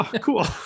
cool